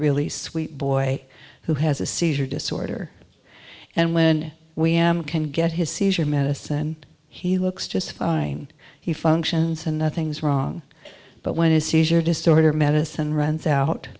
really sweet boy who has a seizure disorder and when we can get his seizure medicine he looks just fine he functions and nothing's wrong but when his seizure disorder medicine runs out